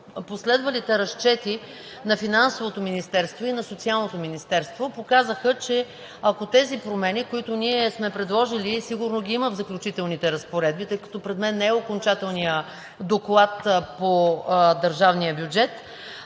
последвалите разчети на Финансовото министерство и на Социалното министерство показаха, че ако тези промени, които ние сме предложили и сигурно ги има в Заключителните разпоредби, тъй като пред мен не е окончателният доклад по държавния бюджет,